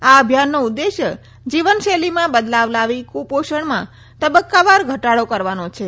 આ અભિયાનનો ઉદ્દેશ્ય જીવનશૈલીમાં બદલાવ લાવી કુપોષણમાં તબક્કાવાર ઘટાડો કરવાનો છે